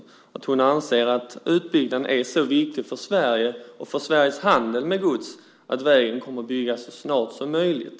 Jag hoppas att hon anser att utbyggnaden av vägen är så viktig för Sverige och för Sveriges handel med gods att vägen kommer att byggas så snart som möjligt.